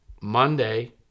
Monday